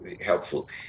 helpful